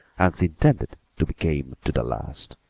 and she intended to be game to the last.